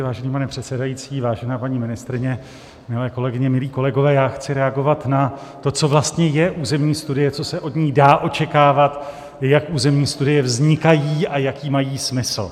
Vážený pane předsedající, vážená paní ministryně, milé kolegyně, milí kolegové, já chci reagovat na to, co vlastně je územní studie, co se od ní dá očekávat, jak územní studie vznikají a jaký mají smysl.